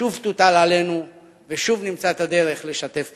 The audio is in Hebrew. שוב תוטל עלינו ושוב נמצא את הדרך לשתף פעולה.